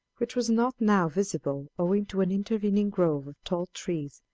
which was not now visible owing to an intervening grove of tall trees,